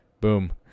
Boom